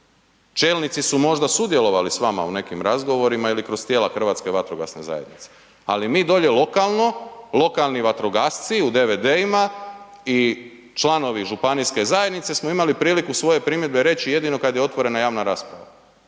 Čelnici su možda sudjelovali s vama u nekim razgovorima ili kroz tijela HVZ-a, ali mi dolje lokalno, lokalni vatrogasci u DVD-ima i članovi županijske zajednice smo imali priliku svoje primjedbe reći jedino kad je otvorena javna rasprava